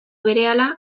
berehala